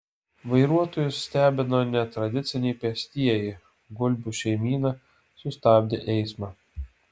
vairuotojus stebino netradiciniai pėstieji gulbių šeimyna sustabdė eismą